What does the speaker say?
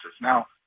Now